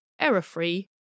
Error-free